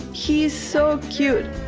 he is so cute.